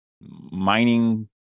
mining